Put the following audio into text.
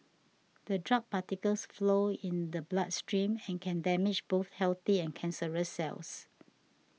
the drug particles flow in the bloodstream and can damage both healthy and cancerous cells